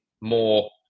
more